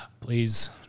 please